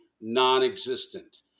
non-existent